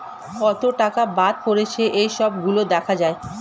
কত টাকা বাদ পড়েছে এই সব গুলো দেখা যায়